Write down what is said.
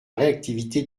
réactivité